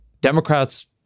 Democrats